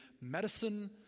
medicine